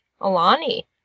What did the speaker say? Alani